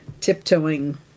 tiptoeing